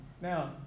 Now